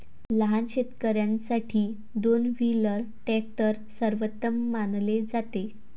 लहान शेतकर्यांसाठी दोन व्हीलर ट्रॅक्टर सर्वोत्तम मानले जाते